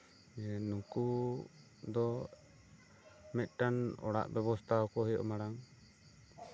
ᱱᱩᱠᱩ ᱫᱚ ᱢᱤᱫᱴᱟᱝ ᱚᱲᱟᱜ ᱵᱮᱵᱚᱥᱛᱷᱟ ᱟᱠᱚ ᱦᱩᱭᱩᱜ ᱢᱟᱲᱟᱝ